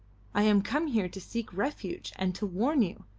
i am come here to seek refuge and to warn you,